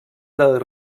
del